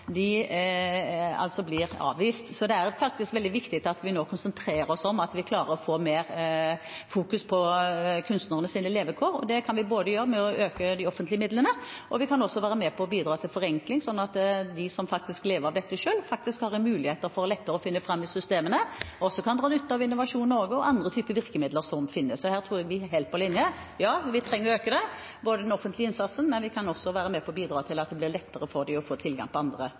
blir avvist. Så det er veldig viktig at vi nå konsentrerer oss om å få mer fokus på kunstnernes levekår. Det kan vi gjøre med å øke de offentlige midlene, og vi kan også være med på å bidra til forenkling, slik at de som lever av dette, selv har muligheter for lettere å finne fram i systemene og også kan dra nytte av Innovasjon Norge og andre typer virkemidler som finnes. Her tror jeg vi er helt på linje: Ja, vi trenger å øke den offentlige innsatsen, men vi kan også være med på å bidra til at det blir lettere for dem å få tilgang på andre